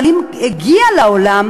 אבל אם הוא הגיע לעולם,